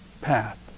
path